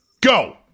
Go